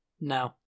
no